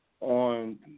on